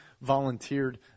volunteered